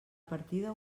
partida